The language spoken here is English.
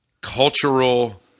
cultural